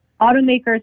automakers